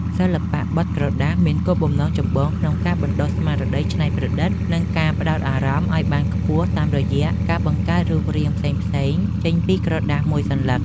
សិល្បៈបត់ក្រដាស មានគោលបំណងចម្បងក្នុងការបណ្ដុះស្មារតីច្នៃប្រឌិត និងការផ្ដោតអារម្មណ៍ឱ្យបានខ្ពស់តាមរយៈការបង្កើតរូបរាងផ្សេងៗចេញពីក្រដាសមួយសន្លឹក។